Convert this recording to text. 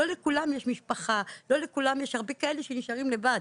לא לכולם יש משפחה ויש הרבה כאלה שנשארים לבד,